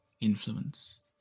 influence